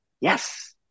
yes